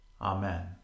Amen